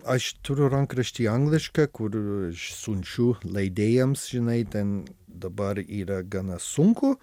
aš turiu rankraštį anglišką kur siunčiu leidėjams žinai ten dabar yra gana sunku